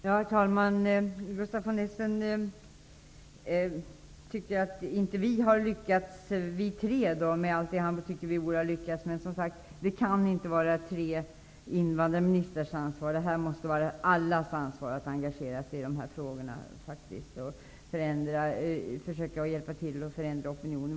Herr talman! Gustaf von Essen tycker att vi tre inte har lyckats. Men det kan, som sagts, inte vara tre invandrarministrars ansvar, utan det måste faktiskt vara allas ansvar att engagera sig i dessa frågor och att försöka hjälpa till med att förändra opinionen.